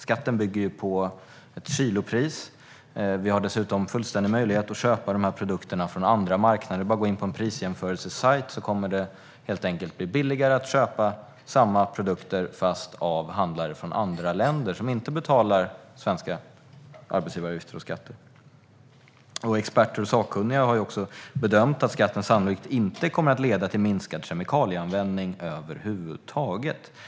Skatten bygger också på ett kilopris, och vi har dessutom fullständig möjlighet att köpa produkterna från andra marknader. Det är bara att gå in på en prisjämförelsesajt. Det kommer helt enkelt att bli billigare att köpa samma produkter men av handlare från andra länder - handlare som inte betalar svenska arbetsgivaravgifter och skatter. Experter och sakkunniga har också bedömt att skatten sannolikt inte kommer att leda till minskad kemikalieanvändning över huvud taget.